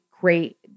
great